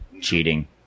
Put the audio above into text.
Cheating